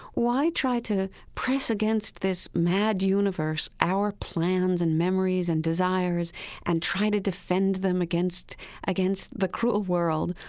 why try to press against this mad universe our plans and memories and desires and try to defend them against against the cruel world,